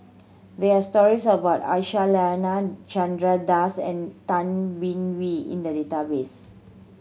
there are stories about Aisyah Lyana Chandra Das and Tay Bin Wee in the database